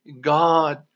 God